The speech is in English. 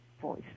voice